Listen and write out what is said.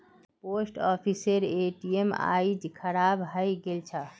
post ऑफिसेर ATM आइज खराब हइ गेल छ